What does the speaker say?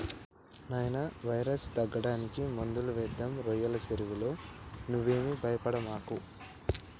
నాయినా వైరస్ తగ్గడానికి మందులు వేద్దాం రోయ్యల సెరువులో నువ్వేమీ భయపడమాకు